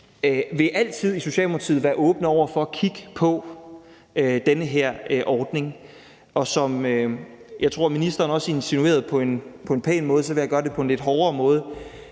altid være åbne over for at kigge på den her ordning. Hvor ministeren insinuerede det på en pæn måde, vil jeg gøre det på en lidt hårdere måde